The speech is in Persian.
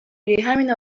ریهمین